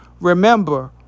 Remember